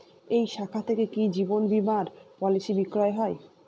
এই শাখা থেকে কি জীবন বীমার পলিসি বিক্রয় হয়?